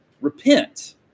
repent